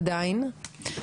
עדיין.